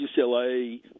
UCLA